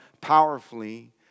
powerfully